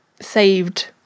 saved